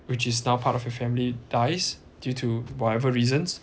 which is now part of your family dies due to whatever reasons